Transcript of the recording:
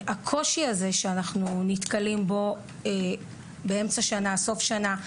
הקושי שאנחנו נתקלים בו באמצע שנה ובסוף שנה,